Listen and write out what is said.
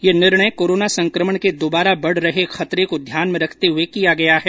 यह निर्णय कोरोना संक्रमण के दुबारा बढ़ रहे खतरे को ध्यान में रखते हुए किया गया है